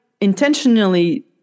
intentionally